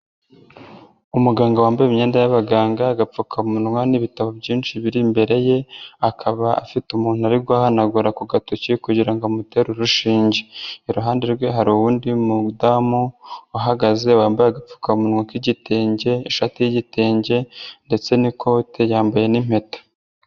Umuganga wambaye imyenda y'abaganga, agapfukamunwa n'ibitabo byinshi biri imbere ye akaba afite umuntu ari guhanagura ku gatoki kugira ngo amutere urushinge, iruhande rwe hari uwundi mudamu uhagaze wambaye agapfukamunwa k'igitenge, ishati y'igitenge ndetse n'ikote yambaye n'impeta.